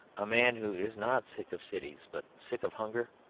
a man who is not sick of cities, but sick of hunger,